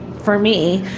for me,